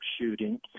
shooting